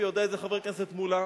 יודע את זה חבר הכנסת מולה,